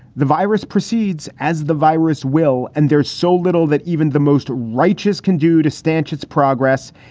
the virus proceeds as the virus will. and there's so little that even the most righteous can do to stanch its progress.